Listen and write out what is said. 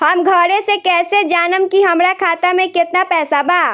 हम घरे से कैसे जानम की हमरा खाता मे केतना पैसा बा?